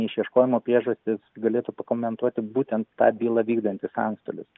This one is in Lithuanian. išieškojimo priežastis galėtų pakomentuoti būtent tą bylą vykdantis antstolis